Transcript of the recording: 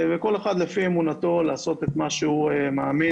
וכל אחד לפי אמונתו לעשות את מה שהוא מאמין,